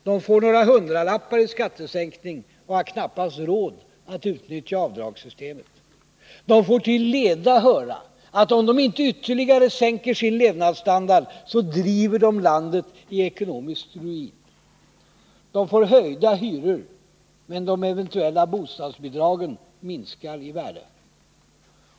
De får några hundralappar i skattesänkning och har knappast råd att utnyttja avdragssystemet. De får till leda höra att om de inte ytterligare sänker sin levnadsstandard, så driver de landet i ekonomisk ruin. De får höjda hyror, men de eventuella bostadsbidragen minskar i värde.